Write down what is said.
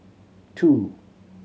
two